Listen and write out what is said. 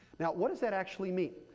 now what does that actually mean?